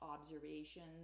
observations